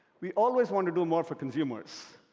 we always want to do more for consumers,